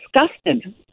disgusted